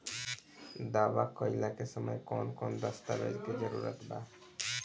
दावा कईला के समय कौन कौन दस्तावेज़ के जरूरत बा?